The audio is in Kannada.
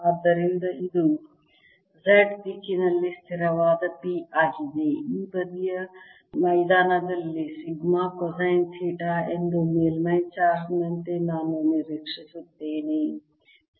ಆದ್ದರಿಂದ ಇದು z ದಿಕ್ಕಿನಲ್ಲಿ ಸ್ಥಿರವಾದ P ಆಗಿದೆ ಈ ಬದಿಯ ಮೈದಾನದಲ್ಲಿ ಸಿಗ್ಮಾ ಕೊಸೈನ್ ಥೀಟಾ ಎಂದು ಮೇಲ್ಮೈ ಚಾರ್ಜ್ ನಂತೆ ನಾನು ನಿರೀಕ್ಷಿಸುತ್ತೇನೆ